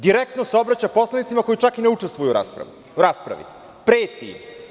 Direktno se obraća poslanicima koji čak i ne učestvuju u raspravi, preti im.